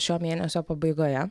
šio mėnesio pabaigoje